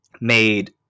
made